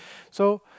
so